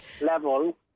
Level